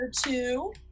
two